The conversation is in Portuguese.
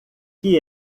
que